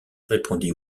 répondit